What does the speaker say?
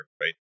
right